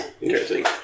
Interesting